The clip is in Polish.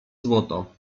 złoto